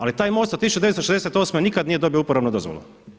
Ali taj most od 1968. nikada nije dobio uporabnu dozvolu.